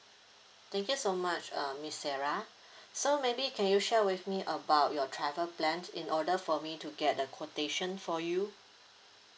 thank you so much uh miss sarah so maybe can you share with me about your travel plan in order for me to get the quotation for you